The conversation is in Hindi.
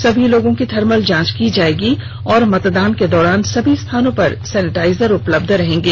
सभी लोगों की थर्मल जांच की जाएगी और मतदान के दौरान सभी स्थानों पर सेनेटाइजर उपलब्ध रहेंगे